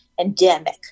endemic